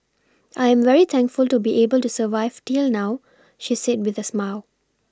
I'm very thankful to be able to survive till now she said with a smile